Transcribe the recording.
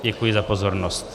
Děkuji za pozornost.